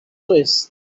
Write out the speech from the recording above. sauce